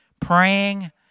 praying